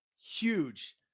huge